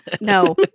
No